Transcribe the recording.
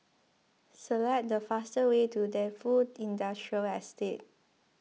select the fastest way to Defu Industrial Estate